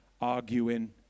arguing